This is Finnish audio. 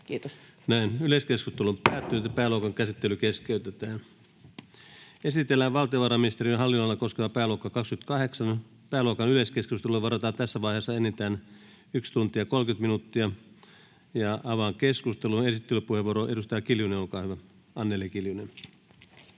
sinne oikeusministerille ja oikeusministeriöön. — Kiitos. Esitellään valtiovarainministeriön hallin-nonalaa koskeva pääluokka 28. Pääluokan yleiskeskusteluun varataan tässä vaiheessa enintään 1 tunti 30 minuuttia. — Avaan keskustelun. Esittelypuheenvuoro, edustaja Anneli Kiljunen, olkaa hyvä. Arvoisa